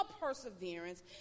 perseverance